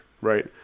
right